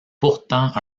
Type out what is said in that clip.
pourtant